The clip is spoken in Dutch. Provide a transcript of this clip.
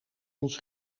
ons